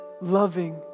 loving